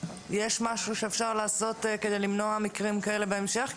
יש משהו שאפשר לעשות כדי למנוע מקרים כאלה בהמשך?